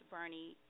Bernie